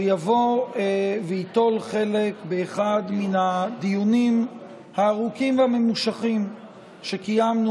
שיבוא וייטול חלק באחד מן הדיונים הארוכים והממושכים שקיימנו,